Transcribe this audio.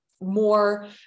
more